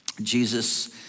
Jesus